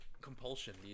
compulsion